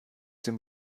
dem